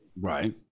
Right